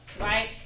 right